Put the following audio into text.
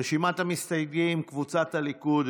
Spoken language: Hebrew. רשימת המסתייגים: קבוצת סיעת הליכוד,